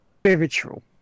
spiritual